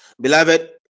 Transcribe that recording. beloved